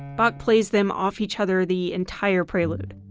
bach plays them off each other the entire prelude.